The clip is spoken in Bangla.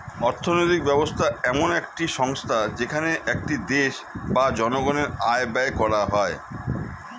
অর্থনৈতিক ব্যবস্থা এমন একটি সংস্থা যেখানে একটি দেশ বা জনগণের আয় ব্যয় করা হয়